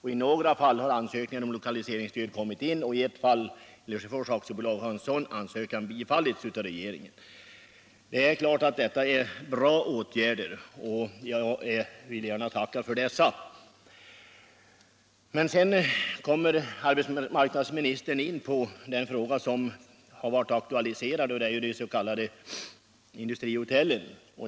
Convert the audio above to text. I några fall har ansökningar om lokaliseringsstöd kommit in, och i ett fall, Lesjöfors AB, har en sådan ansökan bifallits av regeringen.” Det är klart att dessa åtgärder är bra, och jag vill gärna tacka för dem. Men sedan kommer arbetsmarknadsministern in på den fråga som har aktualiserats. Det är de s.k. industrihotellen.